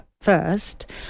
first